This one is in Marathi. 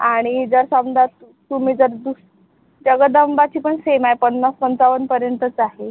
आणि जर समजा तुम्ही जर दुस् जगदंबाची पण सेम आहे पन्नास पंचावनपर्यंतच आहे